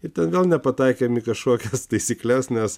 ir ten vėl nepataikėme į kažkokias taisykles nes